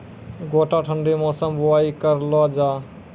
गोटा ठंडी मौसम बुवाई करऽ लो जा?